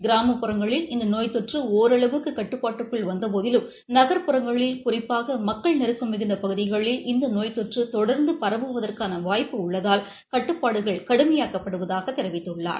கிராமப்புறங்களில் இந்த நோய் தொற்று ஒரளவுக்கு கட்டுப்பாட்டுக்குள் வந்தபோதிலும் நகர்புறங்களில் குறிப்பாக மக்கள் நெருக்கம் மிகுந்த பகுதிகளில் இந்த நோய் தொற்று தொடர்ந்து பரவுவதற்கான வாய்ப்பு உள்ளதால் கட்டுப்பாடுகள் கடுமையாக்கப்படுவதாகக் தெரிவித்தள்ளார்